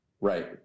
Right